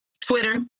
Twitter